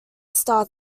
star